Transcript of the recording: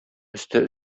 өсте